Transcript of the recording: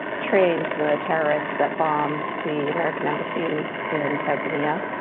trained the terrorists that bombed the american embassies in tanzania,